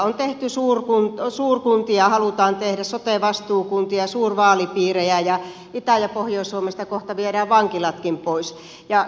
on tehty suurkuntia halutaan tehdä sote vastuukuntia ja suurvaalipiirejä ja itä ja pohjois suomesta kohta viedään vankilatkin pois